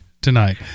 tonight